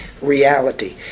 Reality